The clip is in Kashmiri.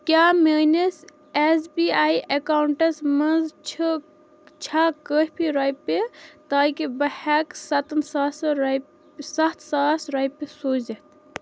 کیٛاہ میٲنِس ایٚس بی آی اکاونٹَس منٛز چھِ چھےٚ کٲفی رۄپیہِ تاکہِ بہٕ ہٮ۪کہٕ ساتن ساسن روپ ستھ ساس رۄپیہِ سوٗزِتھ؟